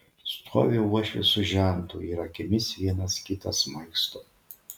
stovi uošvis su žentu ir akimis vienas kitą smaigsto